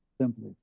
Simply